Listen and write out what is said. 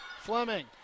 Fleming